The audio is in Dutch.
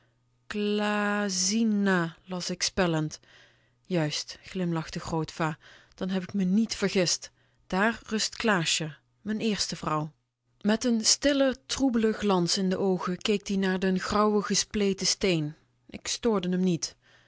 las ik spellend juist glimlachte grootva dan heb k me nièt vergist daar rust klaasje m'n eerste vrouw met n stillen troebelen glans in de oogen keek ie naar den grauwen gespleten steen ik stoorde m niet